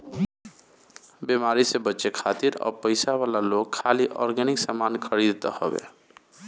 बेमारी से बचे खातिर अब पइसा वाला लोग खाली ऑर्गेनिक सामान खरीदत हवे